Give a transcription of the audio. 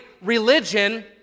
religion